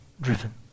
driven